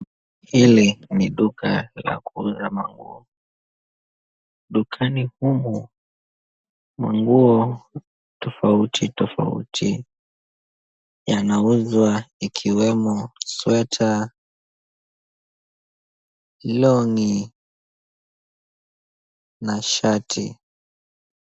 Hili ni duka la kuuza manguo, dukani humu manguo tofauti tofauti yanauzwa yakiwemo sweta, long'i na shati.